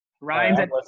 Ryan